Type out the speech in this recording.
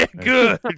good